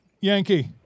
Yankee